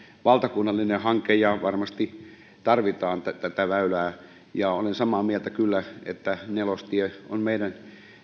valtakunnallinen hanke ja varmasti tarvitaan tätä väylää olen samaa mieltä kyllä että nelostie on meidän